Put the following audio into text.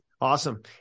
Awesome